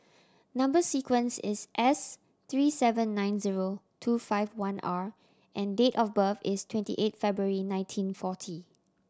number sequence is S three seven nine zero two five one R and date of birth is twenty eight February nineteen forty